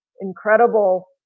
incredible